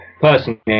Personally